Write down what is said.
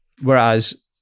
whereas